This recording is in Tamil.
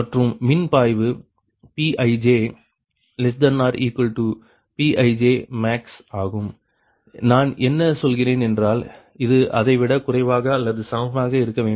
மற்றும் மின் பாய்வு |Pij|≤Pijmax ஆகும் நான் என்ன சொல்கிறேன் என்றால் இது அதை விட குறைவாக அல்லது சமமாக இருக்க வேண்டும்